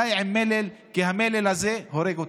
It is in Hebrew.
די עם המלל, כי המלל הזה הורג אותנו.